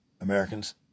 Americans